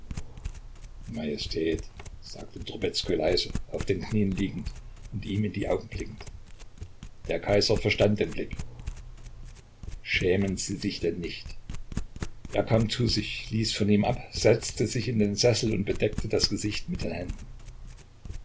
majestät sagte trubezkoi leise auf den knien liegend und ihm in die augen blickend der kaiser verstand den blick schämen sie sich denn nicht er kam zu sich ließ von ihm ab setzte sich in den sessel und bedeckte das gesicht mit den händen